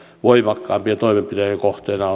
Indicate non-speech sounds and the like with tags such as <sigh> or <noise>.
voimakkaampien toimenpiteiden kohteena <unintelligible>